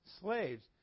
slaves